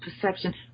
perception